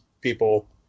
people